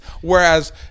Whereas